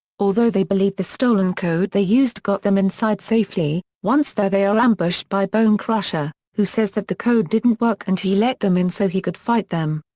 although they believe the stolen code they used got them inside safely, once there they are ambushed by bonecrusher, who says that the code didn't work and he let them in so he could fight them.